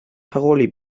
paroli